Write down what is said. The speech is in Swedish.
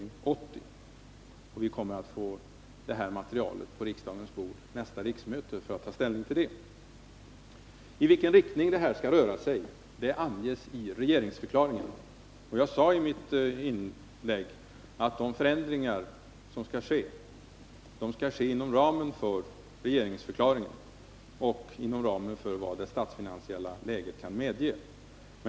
Vid nästa riksmöte kommer materialet att ligga på riksdagens bord, och vi kan då ta ställning till det. I regeringsförklaringen anges i vilken riktning vi skall röra oss. I mitt inlägg sade jag att förändringarna i fråga skall ske inom ramen för regeringsförklaringen och i överensstämmelse med vad det statsfinansiella läget medger.